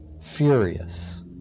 furious